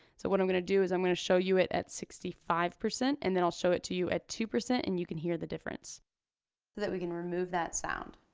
so what i'm gonna do is, i'm gonna show you it at sixty five percent and then i'll show it to you at two percent and you can hear the difference. so that we can remove that sound.